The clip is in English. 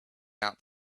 out